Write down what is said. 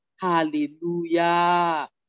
Hallelujah